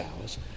hours